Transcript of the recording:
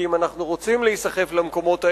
כי אם אנחנו רוצים להיסחף למקומות האלה,